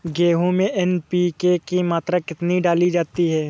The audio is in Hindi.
गेहूँ में एन.पी.के की मात्रा कितनी डाली जाती है?